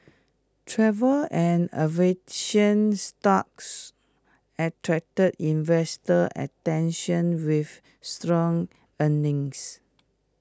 travel and aviation stocks attracted investor attention with strong earnings